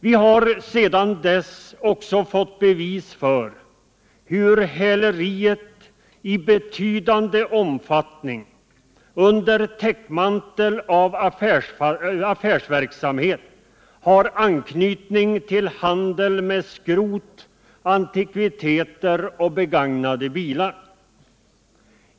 Vi har sedan dess också fått bevis för hur häleriet i betydande omfattning under täckmantel av affärsverksamhet har anknytning till handel med skrot, antikviteter och begagnade bilar.